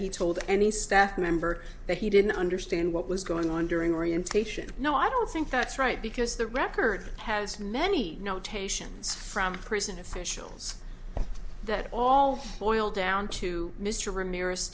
he told any staff member that he didn't understand what was going on during orientation no i don't think that's right because the record has many notations from prison officials that all boil down to m